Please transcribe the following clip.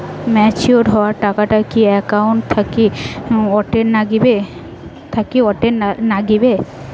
Matured হওয়া টাকাটা কি একাউন্ট থাকি অটের নাগিবে?